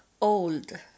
old